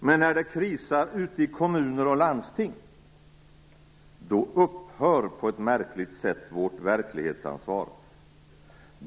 Men när det krisar ute i kommuner och landsting, då upphör på ett märkligt sätt vårt verklighetsansvar.